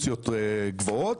ברזולוציות גבוהות,